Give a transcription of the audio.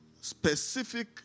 specific